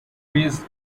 raised